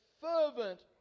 fervent